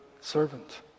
servant